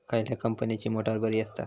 खयल्या कंपनीची मोटार बरी असता?